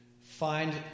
find